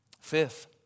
Fifth